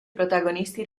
protagonisti